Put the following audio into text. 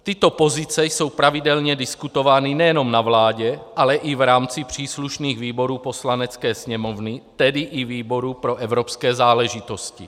Tyto pozice jsou pravidelně diskutovány nejenom na vládě, ale i v rámci příslušných výborů Poslanecké sněmovny, tedy i výboru pro evropské záležitosti.